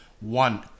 one